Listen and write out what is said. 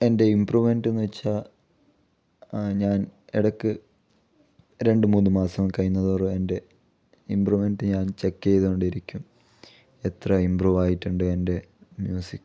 എൻ്റെ ഇമ്പ്രൂവ്മെന്റ് എന്ന് വെച്ചാൽ ഞാൻ ഇടയ്ക്ക് രണ്ടുമൂന്ന് മാസം കഴിയുന്നത് തോറും എൻ്റെ ഇമ്പ്രൂവ്മെന്റ് ഞാൻ ചെക്ക് ചെയ്തുകൊണ്ടിരിക്കും എത്ര ഇമ്പ്രൂവ് ആയിട്ടുണ്ട് എൻ്റെ മ്യൂസിക്